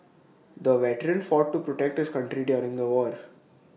the veteran fought to protect his country during the war